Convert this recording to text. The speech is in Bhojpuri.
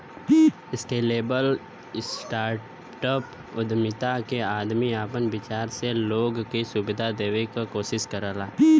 स्केलेबल स्टार्टअप उद्यमिता में आदमी आपन विचार से लोग के सुविधा देवे क कोशिश करला